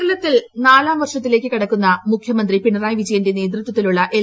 കേരളത്തിൽ നാലാംവർഷത്തിലേക്ക് കടക്കുന്ന മുഖ്യമന്ത്രി പിണറായി വിജയന്റെ നേതൃത്വത്തിലുള്ള എൽ